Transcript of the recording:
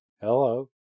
Hello